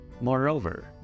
Moreover